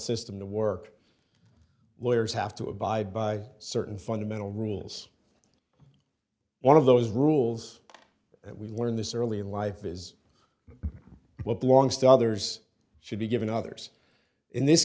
system the work lawyers have to abide by certain fundamental rules one of those rules that we learn this early in life is what belongs to others should be given others in this